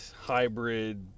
hybrid